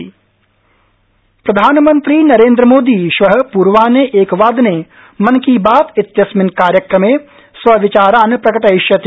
मन की बात प्रधानमंत्री नरेन्द्र मोदी श्व पूर्वाहने एकवादने मन की बातइत्यस्मिन् कार्यक्रमे स्वविचारान् प्रकटयिष्यति